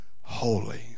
holy